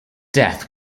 death